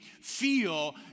feel